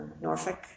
Norfolk